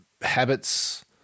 habits